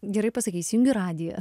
gerai pasakei įsijungiu radiją